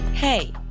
Hey